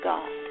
God